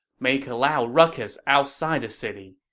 make a loud ruckus outside the city.